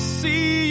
see